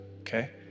okay